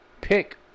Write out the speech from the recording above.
pick